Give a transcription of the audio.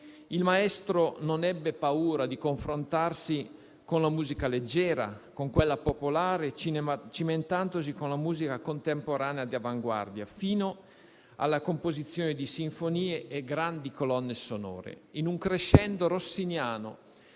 il maestro non ebbe paura di confrontarsi con la musica leggera o popolare, cimentandosi con quella contemporanea di avanguardia, fino alla composizione di sinfonie e grandi colonne sonore, in un crescendo rossiniano,